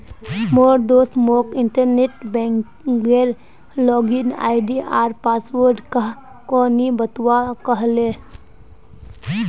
मोर दोस्त मोक इंटरनेट बैंकिंगेर लॉगिन आई.डी आर पासवर्ड काह को नि बतव्वा कह ले